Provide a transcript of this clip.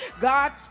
God